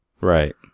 Right